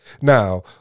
now